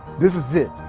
this is it.